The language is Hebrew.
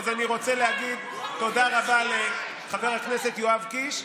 אני רוצה להגיד תודה רבה לחבר הכנסת יואב קיש.